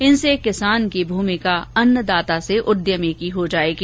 इनसे किसान की भूमिका अन्नदाता से उदयमी की हो जाएगी